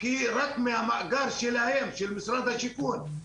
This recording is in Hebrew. רק מהמעגל שלהם של משרד השיכון,